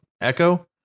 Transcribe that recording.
echo